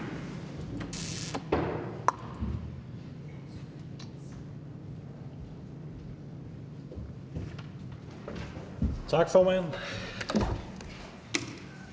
Tak for det.